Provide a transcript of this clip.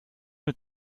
mit